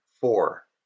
four